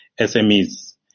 SMEs